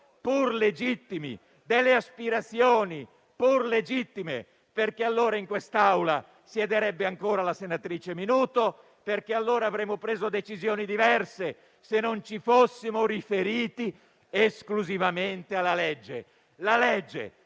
pur legittimi, e delle aspirazioni, pur legittime. Altrimenti in quest'Aula siederebbe ancora la senatrice Minuto e avremmo preso decisioni diverse, se non ci fossimo riferiti esclusivamente alla legge.